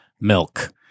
Milk